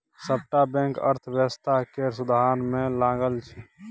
सबटा बैंक अर्थव्यवस्था केर सुधार मे लगल छै